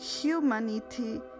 humanity